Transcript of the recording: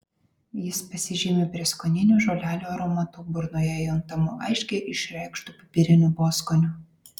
jis pasižymi prieskoninių žolelių aromatu burnoje juntamu aiškiai išreikštu pipiriniu poskoniu